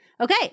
Okay